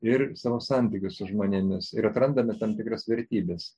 ir savo santykius su žmonėmis ir atrandame tam tikras vertybes